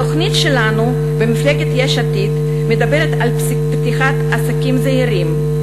התוכנית שלנו במפלגת יש עתיד מדברת על פתיחת עסקים זעירים,